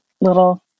little